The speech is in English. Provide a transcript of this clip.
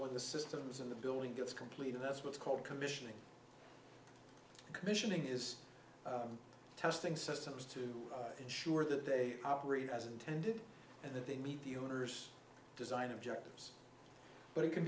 when the systems in the building gets completed that's what's called commissioning commissioning is testing systems to ensure that they operate as intended and that they meet the owner's design objectives but it can